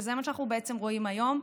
שזה מה שאנחנו בעצם רואים היום,